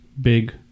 big